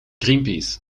greenpeace